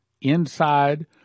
inside